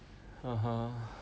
(uh huh)